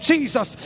Jesus